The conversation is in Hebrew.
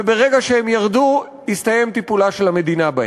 וברגע שהם ירדו, הסתיים טיפולה של המדינה בהם.